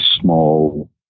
small